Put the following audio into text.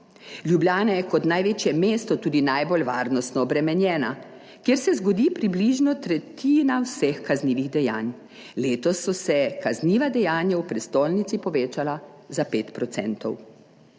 Ljubljana je kot največje mesto tudi najbolj varnostno obremenjena, kjer se zgodi približno tretjina vseh kaznivih dejanj. Letos so se kazniva dejanja v prestolnici povečala za 5 %.